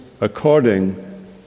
according